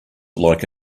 like